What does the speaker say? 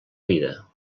vida